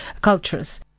cultures